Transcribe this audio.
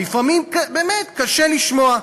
לפעמים באמת קשה לשמוע,